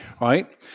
Right